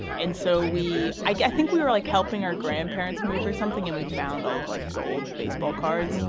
and so we i think we were like helping our grandparents move or something. and we found all of like his old baseball cards. no.